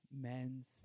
men's